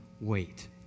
wait